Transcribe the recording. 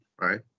right